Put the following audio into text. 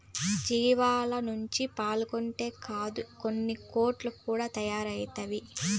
జీవాల నుంచి పాలొక్కటే కాదు ఉన్నికోట్లు కూడా తయారైతవి